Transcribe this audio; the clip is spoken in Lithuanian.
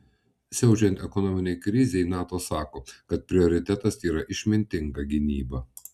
siaučiant ekonominei krizei nato sako kad prioritetas yra išmintinga gynyba